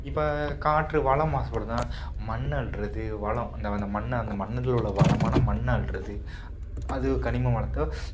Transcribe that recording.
இப்போ காற்று வளம் மாசுபடுதுனால் மண் அள்ளுறது வளம் அந்த அந்த மண் அந்த மண்ணுகளோட வளமான மண்ணை அள்ளுறது அது கனிம வளத்தை